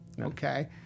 Okay